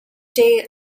day